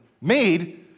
made